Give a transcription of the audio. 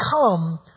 come